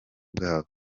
bwabo